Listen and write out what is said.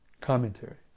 Commentary